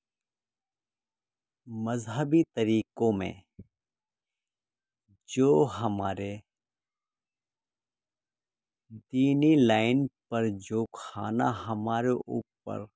مذہبی طریقوں میں جو ہمارے تینی لائن پر جو کھانا ہمارے اوپر